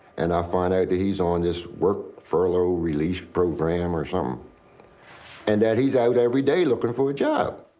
and i find out that he's on this work furlough release program or something so um and that he's out every day looking for a job.